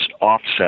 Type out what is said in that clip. offset